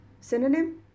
Synonym